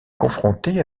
confronté